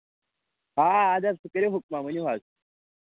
آ اَدٕ حظ ژٕ کٔرِو حُکمہ ؤنِو حظ